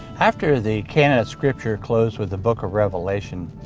after the canon of scripture closed with the book of revelation,